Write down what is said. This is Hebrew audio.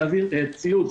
להעביר ציוד,